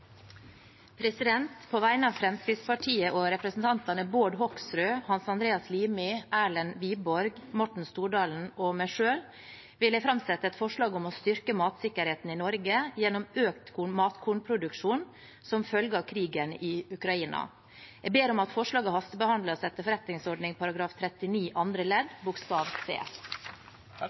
På vegne av Fremskrittspartiet og representantene Bård Hoksrud, Hans Andreas Limi, Erlend Wiborg, Morten Stordalen og meg selv vil jeg framsette et forslag om å styrke matsikkerheten i Norge gjennom økt matkornproduksjon som følge av krigen i Ukraina. Jeg ber om at forslaget hastebehandles etter forretningsordenen § 39 andre ledd c.